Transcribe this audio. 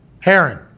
Heron